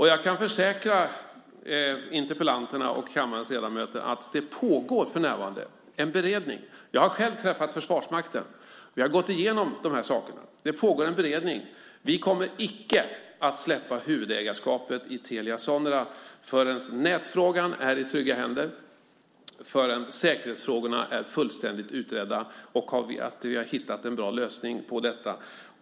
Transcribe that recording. Jag kan försäkra interpellanterna och kammarens ledamöter att det för närvarande pågår en beredning. Jag har själv träffat Försvarsmakten, och vi har gått igenom de här sakerna. Vi kommer icke att släppa huvudägarskapet i Telia Sonera förrän nätfrågan är i trygga händer, förrän säkerhetsfrågorna är fullständigt utredda och vi har hittat en bra lösning på detta.